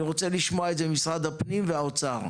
אני רוצה לשמוע זאת ממשרד הפנים והאוצר.